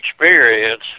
experience